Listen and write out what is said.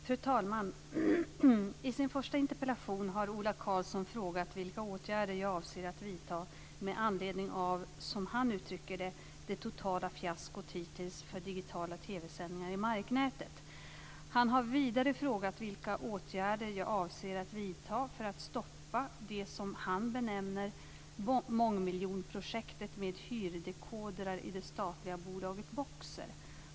Fru talman! I sin första interpellation har Ola Karlsson frågat vilka åtgärder jag avser att vidta med anledning av - som han uttrycker det - det totala fiaskot hittills för digitala TV-sändningar i marknätet. Han har vidare frågat vilka åtgärder jag avser att vidta för att stoppa det som han benämner mångmiljonprojektet med hyrdekodrar i det statliga bolaget Boxer.